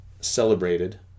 celebrated